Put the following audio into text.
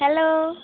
hello